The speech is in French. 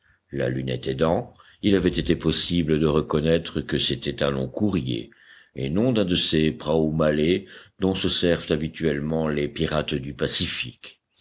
la lunette aidant il avait été possible de reconnaître que c'était un long courrier et non un de ces praos malais dont se servent habituellement les pirates du pacifique